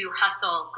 hustle